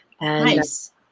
Nice